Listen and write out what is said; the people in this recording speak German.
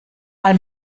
mal